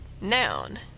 Noun